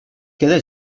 queda